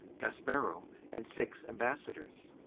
gasparo, and six ambassadors